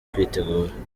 kwitegura